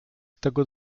tego